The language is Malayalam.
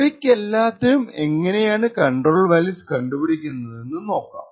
ഇവക്കെല്ലാത്തിനും എങ്ങനെയാണ് കണ്ട്രോൾ വാല്യൂസ് കണ്ടുപിടിക്കനതെന്ന് നോക്കാം